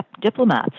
diplomats